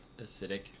acidic